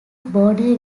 border